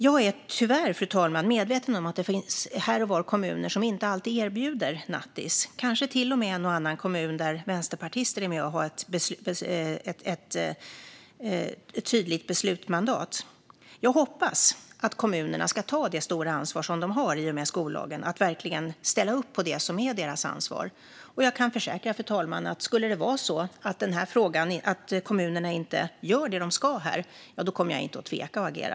Jag är tyvärr medveten om att det här och var finns kommuner som inte erbjuder nattis, kanske till och med en eller annan kommun där vänsterpartister har ett tydligt beslutmandat. Jag hoppas att kommunerna ska ta det stora ansvar som de enligt skollagen har och att de verkligen ställer upp på det. Jag kan försäkra att om kommunerna inte gör vad de ska här kommer jag inte att tveka att agera.